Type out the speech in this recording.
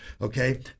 Okay